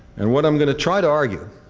and what i am going to try to argue